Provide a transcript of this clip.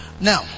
now